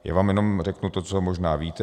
Já vám jenom řeknu to, co možná víte.